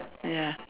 ya